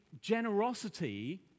generosity